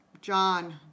John